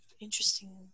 Interesting